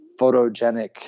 photogenic